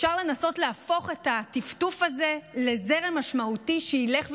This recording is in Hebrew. אפשר לנסות להפוך את הטפטוף הזה לזרם משמעותי שילך ויתגבר.